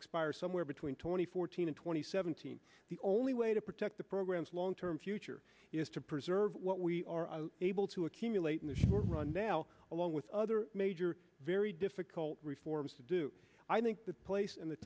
expires somewhere between two thousand and fourteen and two thousand and seventeen the only way to protect the programs long term future is to preserve what we are able to accumulate in the short run now along with other major very difficult reforms to do i think the place and the